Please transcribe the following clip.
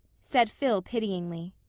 said phil pityingly.